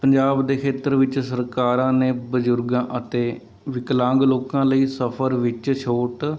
ਪੰਜਾਬ ਦੇ ਖੇਤਰ ਵਿੱਚ ਸਰਕਾਰਾਂ ਨੇ ਬਜ਼ੁਰਗਾਂ ਅਤੇ ਵਿਕਲਾਂਗ ਲੋਕਾਂ ਲਈ ਸਫਰ ਵਿੱਚ ਛੌਟ